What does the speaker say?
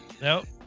Nope